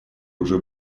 уже